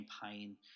campaign